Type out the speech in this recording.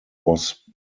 was